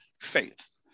Faith